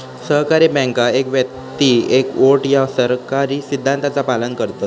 सहकारी बँका एक व्यक्ती एक वोट या सहकारी सिद्धांताचा पालन करतत